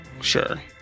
sure